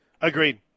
Agreed